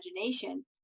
imagination